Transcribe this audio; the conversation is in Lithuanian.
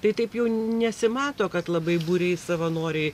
tai taip jau nesimato kad labai būriais savanoriai